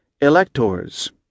electors